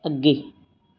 ਅੱਗੇ